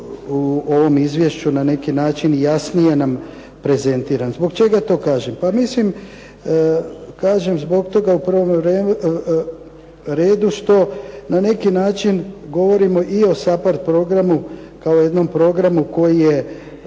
u ovom izvješću na neki način jasnije nam prezentiran. Zbog čega to kažem? Pa mislim kažem zbog toga, u prvom redu što na neki način govorimo i o SAPHARD programu, kao jednom programu koji je